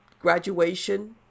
graduation